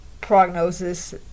prognosis